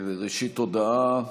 ראשית, הודעה.